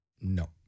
No